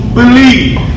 believe